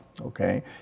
Okay